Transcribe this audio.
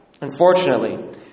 Unfortunately